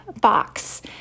box